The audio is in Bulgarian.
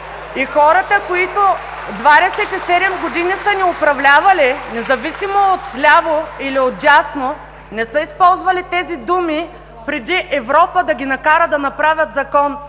и хората, които двадесет и седем години са ни управлявали, независимо отляво или отдясно, не са използвали тези думи преди Европа да ги накара да направят закон.